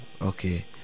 Okay